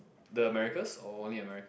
the Americas or only America